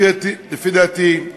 לפי דעתי,